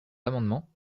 amendements